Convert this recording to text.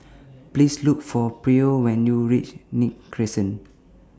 Please Look For Pryor when YOU REACH Nim Crescent